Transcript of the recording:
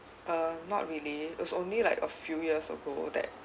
uh not really it was only like a few years ago that